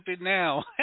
now